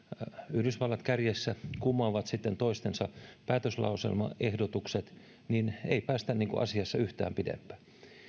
yhdysvallat kärjessä sitten kumoavat toistensa päätöslauselmaehdotukset niin ei päästä asiassa yhtään pidemmälle